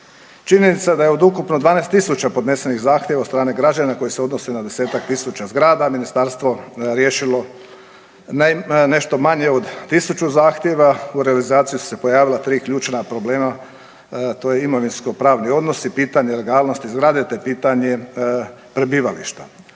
Činjenica da je od ukupno 12 tisuća podnesenih zahtjeva od strane građana koji se odnose na desetak tisuća zgrada ministarstvo riješilo nešto manje od tisuću zahtjeva. U realizaciji su se pojavila tri ključna problema. To je imovinsko-pravni odnos i pitanje legalnosti zgrade, te pitanje prebivališta.